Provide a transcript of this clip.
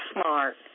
smart